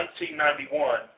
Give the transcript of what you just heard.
1991